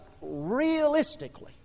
realistically